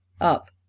up